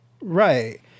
Right